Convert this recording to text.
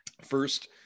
First